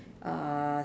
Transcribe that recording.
uh